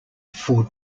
four